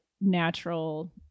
natural